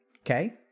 Okay